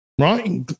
right